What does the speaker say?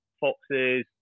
foxes